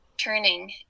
turning